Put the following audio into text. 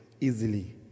easily